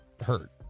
hurt